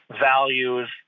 values